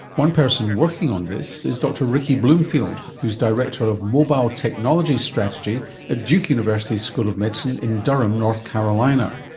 one person working on this is dr ricky bloomfield who is director of mobile technology strategy at duke university's school of medicine in durham north carolina.